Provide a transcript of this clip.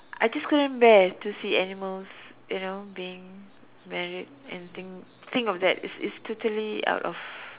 I just couldn't bare to see animals you know being married and think think of that it's it's totally out of